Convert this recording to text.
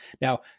Now